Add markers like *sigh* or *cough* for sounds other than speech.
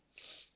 *noise*